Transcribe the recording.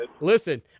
listen